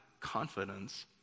confidence